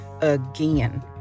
again